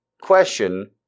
question